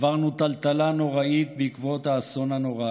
עברנו טלטלה נוראית בעקבות האסון הנורא